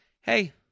hey